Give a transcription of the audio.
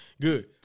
Good